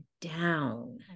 down